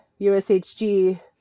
ushg